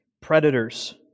predators